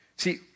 See